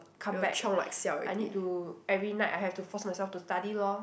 come back I need to every night I have to force myself to study lor